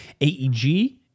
AEG